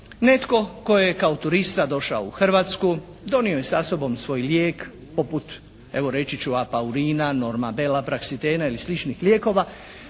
netko tko je kao turista došao u Hrvatsku donio je sa sobom svoj lijek poput reći ću Apaurina, Normabela, Praxitena ili sličnih lijekova,